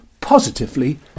positively